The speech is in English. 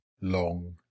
long